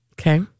Okay